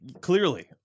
clearly